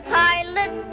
pilot